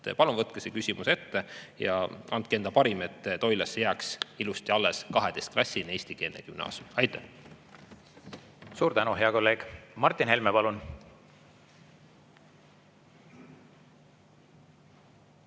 palun võtke see küsimus ette ja andke endast parim, et Toilas jääks ilusti alles 12‑klassiline eestikeelne gümnaasium. Aitäh! Suur tänu, hea kolleeg! Martin Helme, palun!